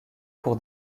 pour